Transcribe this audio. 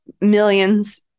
millions